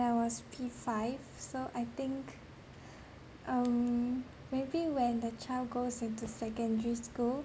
when I was P five so I think um maybe when the child goes into secondary school